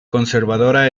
conservadora